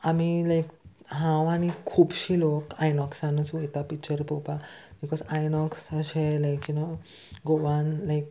आमी लायक हांव आनी खुबशीं लोक आयनॉक्सानूच वयता पिक्चर पोवपाक बिकॉज आयनॉक्स अशें like you know Goan like